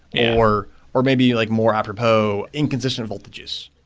or or maybe like more apropos inconsistent voltages.